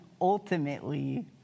ultimately